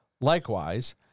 Likewise